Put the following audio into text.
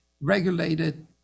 regulated